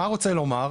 רוצה לומר,